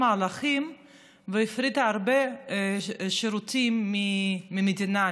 מהלכים והפריטה הרבה שירותים מהמדינה,